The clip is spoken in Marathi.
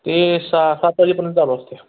ते सहा सात वाजेपर्यंत चालू असतं आहे